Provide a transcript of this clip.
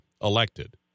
elected